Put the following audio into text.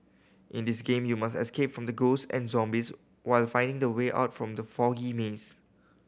in this game you must escape from the ghosts and zombies while finding the way out from the foggy maze